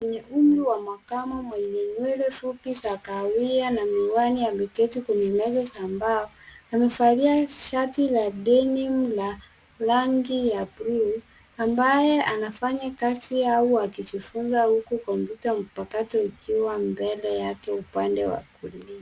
Mwenye umri wa makamo mwenye nywele fupi za kahawia na miwani ameketi kwenye meza za mbao. Amevalia shati la denim la rangi ya buluu ambaye anafanya kazi au akijifunza huku kompyuta mpakato ikiwa mbele yake upande wa kulia.